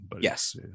Yes